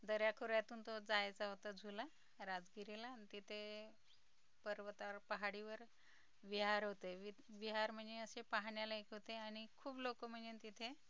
दऱ्याखोऱ्यातून तो जायचा होता झुला राजगिरीला आणि तिथे पर्वतावर पहाडीवर विहार होते वि विहार म्हणजे असे पाहण्यालायक होते आणि खूप लोक म्हणजे तिथे